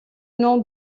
nom